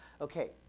Okay